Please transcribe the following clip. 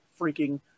freaking